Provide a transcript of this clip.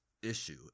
issue